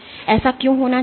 ऐसा क्यों होना चाहिए